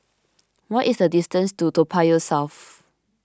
what is the distance to Toa Payoh South